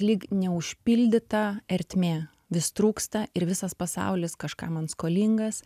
lyg neužpildyta ertmė vis trūksta ir visas pasaulis kažką man skolingas